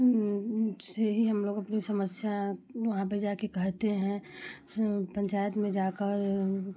से ही हम लोग अपनी समस्या वहाँ पे जाके कहते हैं सो पंचायत में जाकर